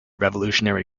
revolutionary